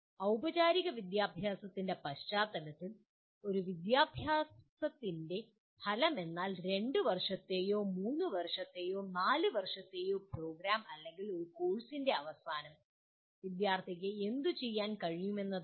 ഔപചാരിക വിദ്യാഭ്യാസത്തിൻ്റെ പശ്ചാത്തലത്തിൽ ഒരു വിദ്യാഭ്യാസത്തിൻ്റെ ഫലമെന്നാൽ 2 വർഷത്തെയോ 3 വർഷത്തെയോ 4 വർഷത്തെയോ പ്രോഗ്രാം അല്ലെങ്കിൽ ഒരു കോഴ്സിൻ്റെ അവസാനം വിദ്യാർത്ഥിക്ക് എന്തു ചെയ്യാൻകഴിയുമെന്നതാണ്